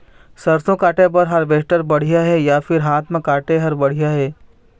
सरसों काटे बर हारवेस्टर बढ़िया हे या फिर हाथ म काटे हर बढ़िया ये?